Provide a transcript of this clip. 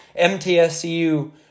MTSU